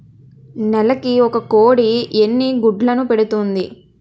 నెలకి ఒక కోడి ఎన్ని గుడ్లను పెడుతుంది?